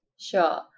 Sure